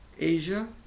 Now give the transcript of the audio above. Asia